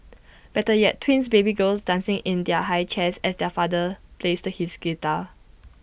better yet twins baby girls dancing in their high chairs as their father plays his guitar